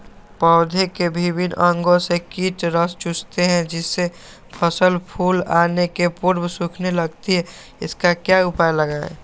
पौधे के विभिन्न अंगों से कीट रस चूसते हैं जिससे फसल फूल आने के पूर्व सूखने लगती है इसका क्या उपाय लगाएं?